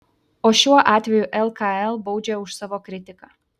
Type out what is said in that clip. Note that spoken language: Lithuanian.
o šiuo atveju lkl baudžia už savo kritiką